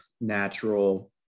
natural